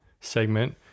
segment